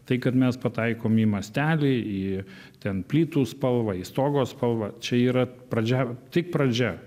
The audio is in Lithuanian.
tai kad mes pataikom į mastelį į ten plytų spalvą į stogo spalvą čia yra pradžia tik pradžia